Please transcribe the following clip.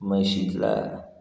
मैं शीतला